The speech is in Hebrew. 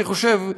אני חושב,